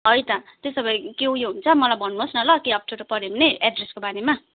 है त त्यसो भए के उयो हुन्छ मलाई भन्नुहोस् न ल केही अप्ठ्यारो पऱ्यो भने एड्रेसको बारेमा